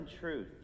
truth